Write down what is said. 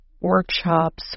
workshops